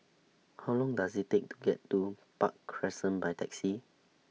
How Long Does IT Take to get to Park Crescent By Taxi